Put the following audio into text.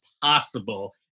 possible